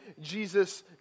Jesus